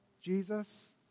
Jesus